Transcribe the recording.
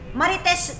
marites